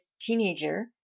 teenager